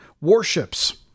warships